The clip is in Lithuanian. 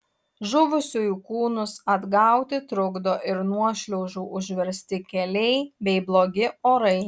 žuvusiųjų kūnus atgauti trukdo ir nuošliaužų užversti keliai bei blogi orai